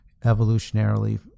evolutionarily